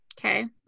Okay